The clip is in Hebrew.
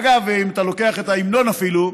אגב, אם אתה לוקח את ההמנון, אפילו,